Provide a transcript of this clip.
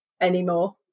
anymore